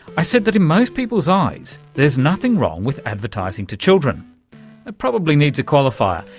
i said that in most people's eyes there's nothing wrong with advertising to children. that probably needs a qualifier.